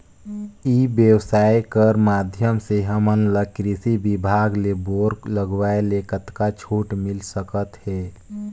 ई व्यवसाय कर माध्यम से हमन ला कृषि विभाग ले बोर लगवाए ले कतका छूट मिल सकत हे?